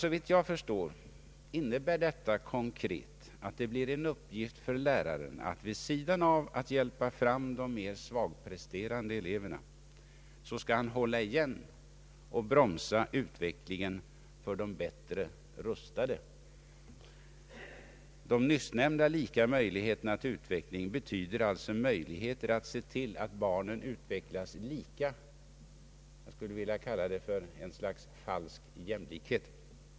Såvitt jag förstår, innebär detta konkret att det blir en uppgift för läraren att vid sidan av att hjälpa fram de mer svagpresterande eleverna hålla igen och bromsa utvecklingen för de bättre rustade. De nyssnämnda lika möjligheterna till utveckling betyder alltså möjligheter att se till att barnen utvecklas lika. Jag skulle vilja kalla detta för ett slags falsk jämlikhet.